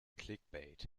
clickbait